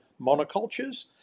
monocultures